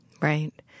Right